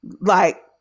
Like-